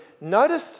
notice